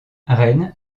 rennes